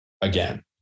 again